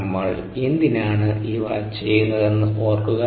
നമ്മൾ എന്തിനാണ് ഇവ ചെയ്യുന്നതെന്ന് ഓർക്കുക